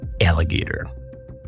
alligator